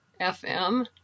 FM